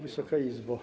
Wysoka Izbo!